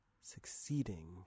succeeding